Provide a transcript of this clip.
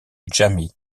jamie